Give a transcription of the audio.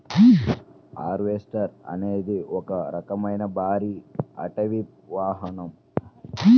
harvester అనేది ఒక రకమైన భారీ అటవీ వాహనం